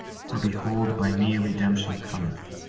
for behold, by me redemption cometh,